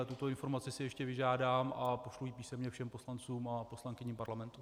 Tuto informaci si ještě vyžádám a pošlu ji písemně všem poslancům a poslankyním Parlamentu.